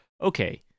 Okay